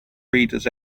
reader’s